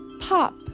Pop